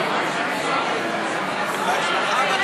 מזל טוב,